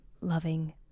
loving